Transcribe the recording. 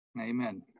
Amen